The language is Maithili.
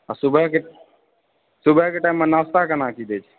सुबहके आ सुबहके टाइममे नाश्ता केना की दै छी